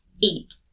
eat